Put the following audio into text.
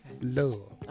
Love